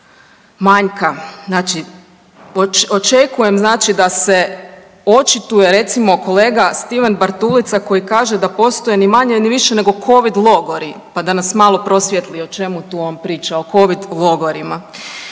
manjka. Znači očekujem znači da se očituje recimo kolega Stiven Bartulica koji kaže da postoje ni manje ni više nego covid logori, pa da nas malo prosvijetli o čemu tu on priča, o covid logorima.